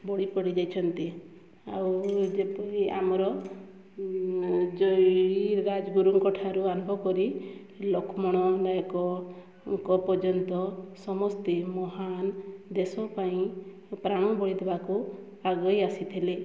ବଳି ପଡ଼ି ଯାଇଛନ୍ତି ଆଉ ଯେପରି ଆମର ଜୟୀ ରାଜଗୁରୁଙ୍କ ଠାରୁ ଆରମ୍ଭ କରି ଲକ୍ଷ୍ମଣ ନାୟକଙ୍କ ପର୍ଯ୍ୟନ୍ତ ସମସ୍ତେ ମହାନ ଦେଶ ପାଇଁ ପ୍ରାଣବଳି ଦେବାକୁ ଆଗଇ ଆସିଥିଲେ